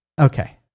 Okay